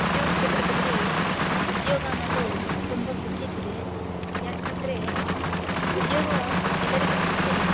ಉದ್ಯೋಗ ಕ್ಷೇತ್ರದಲ್ಲಿ ಉದ್ಯೋಗ ಅನ್ನೋದು ತುಂಬ ಕುಸಿತಿದೆ ಯಾಕಂದರೆ ಉದ್ಯೋಗ ಎಲ್ಲರಿಗೂ ಸಿಕ್ತಿಲ್ಲ